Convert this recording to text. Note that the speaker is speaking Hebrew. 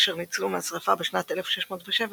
אשר ניצלו מהשרפה בשנת 1607,